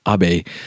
Abe